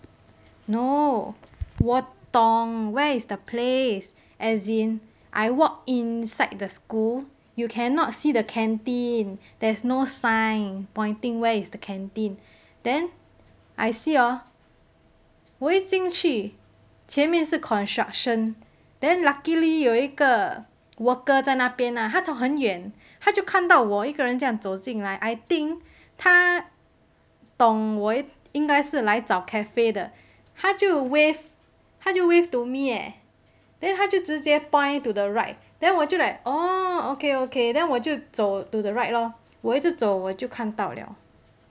no 我懂 where is the place as in I walk inside the school you cannot see the canteen there's no sign pointing where is the canteen then I see hor 我一进去前面是 construction then luckily 有一个 worker 在那边啦他从很远他就看到我一个人这样走进来 I think 他懂我应该是来找 cafe 的他就 wave 他就 wave to me eh then 他就直接 point to the right then 我就 like orh okay okay then 我就走 to the right lor 我一直走我就看到了